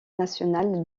national